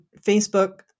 Facebook